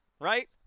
right